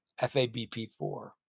FABP4